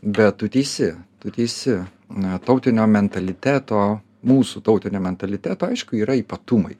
bet tu teisi tu teisi na tautinio mentaliteto mūsų tautinio mentaliteto aišku yra ypatumai